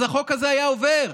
אז החוק הזה היה עובר,